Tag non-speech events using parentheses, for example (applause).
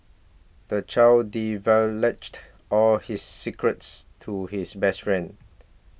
the child (unintelligible) all his secrets to his best friend